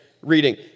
reading